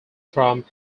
from